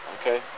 okay